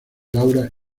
laura